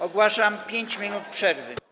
Ogłaszam 5 minut przerwy.